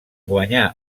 guanyar